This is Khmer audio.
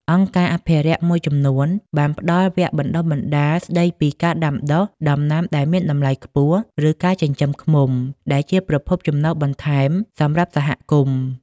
អង្គការអភិរក្សមួយចំនួនបានផ្តល់វគ្គបណ្តុះបណ្តាលស្តីពីការដាំដុះដំណាំដែលមានតម្លៃខ្ពស់ ឬការចិញ្ចឹមឃ្មុំ ដែលជាប្រភពចំណូលបន្ថែមសម្រាប់សហគមន៍។